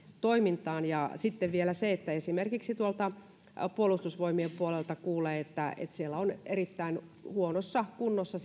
toimintaan sitten vielä se että esimerkiksi puolustusvoimien puolelta kuulee että että siellä on erittäin huonossa kunnossa